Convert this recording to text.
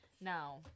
now